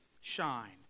shine